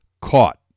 caught